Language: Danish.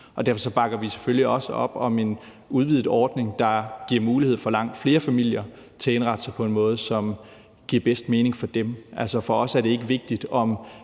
derfor bakker vi selvfølgelig også op om en udvidet ordning, der giver langt flere familier mulighed for at indrette sig på den måde, som giver bedst mening for dem. Altså, for os er det ikke vigtigt,